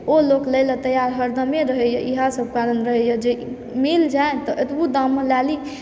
ओ लोक लै लऽ तैयार हरदमे रहैए ईहा सब कारण रहैए जे मिल जाय तऽ एतबू दाममे लए ली